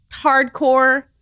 hardcore